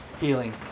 healing